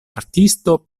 artisto